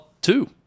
two